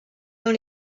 dans